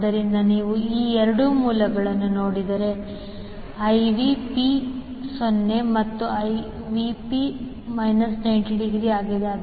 ಆದ್ದರಿಂದ ನೀವು ಈ 2 ಮೂಲಗಳನ್ನು ನೋಡಿದರೆ 1 V p∠0 ಮತ್ತೊಂದು V p∠ 90 ಆಗಿದೆ